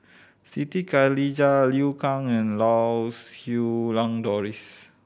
Siti Khalijah Liu Kang and Lau Siew Lang Doris